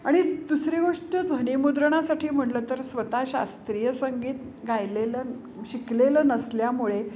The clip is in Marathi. आणि दुसरी गोष्ट ध्वनिमुद्रणासाठी म्हटलं तर स्वतः शास्त्रीय संगीत गायलेलं शिकलेलं नसल्यामुळे